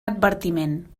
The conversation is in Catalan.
advertiment